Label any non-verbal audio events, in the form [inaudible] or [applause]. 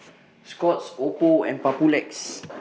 [noise] Scott's Oppo and Papulex